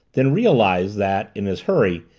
then realized that, in his hurry,